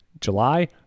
July